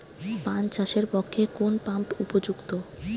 পান চাষের পক্ষে কোন পাম্প উপযুক্ত?